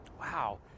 Wow